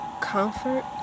comfort